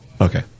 Okay